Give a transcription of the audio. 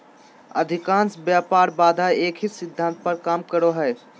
अधिकांश व्यापार बाधा एक ही सिद्धांत पर काम करो हइ